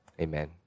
Amen